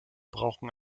brauchen